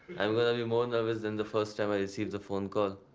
i'm gonna be more nervous than the first time i received the phone call.